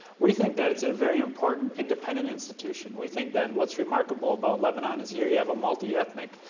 we think that it's a very important independent institution. we think that what's remarkable about lebanon is here you have a multi-ethnic,